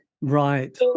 Right